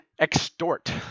Extort